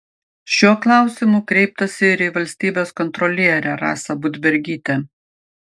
šiuo klausimu kreiptasi ir į valstybės kontrolierę rasą budbergytę